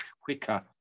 quicker